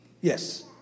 Yes